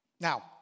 Now